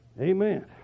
Amen